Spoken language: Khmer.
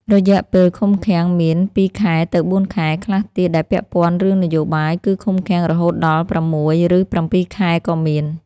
រយៈពេលឃុំឃាំងមាន ២ខែទៅ៤ខែ ខ្លះទៀតដែលពាក់ព័ន្ធរឿងនយោបាយគឺឃុំឃាំងរហូតដល់៦ ឬ ៧ខែក៏មាន។